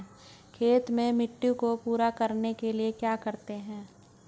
खेत में मिट्टी को पूरा करने के लिए क्या करते हैं?